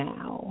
Now